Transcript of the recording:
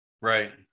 Right